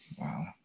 wow